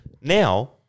Now